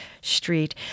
Street